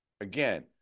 again